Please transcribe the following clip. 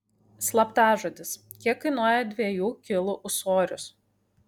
slaptažodis kiek kainuoja dviejų kilų ūsorius